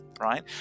right